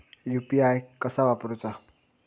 UPI कसा वापरूचा?